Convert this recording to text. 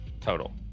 total